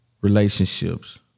relationships